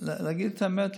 להגיד את האמת,